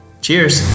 Cheers